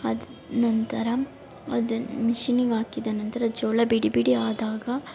ಅದು ನಂತರ ಅದನ್ನ ಮಿಷಿನಿಗೆ ಹಾಕಿದ ನಂತರ ಜೋಳ ಬಿಡಿ ಬಿಡಿ ಆದಾಗ